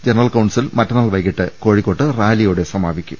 general council മറ്റന്നാൾ വൈകീട്ട് കോഴിക്കോട്ട് റാലിയോടെ സമാപിക്കും